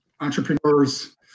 Entrepreneurs